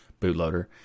bootloader